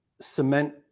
cement